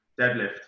Deadlift